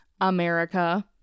America